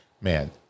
man